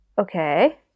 Okay